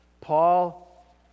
Paul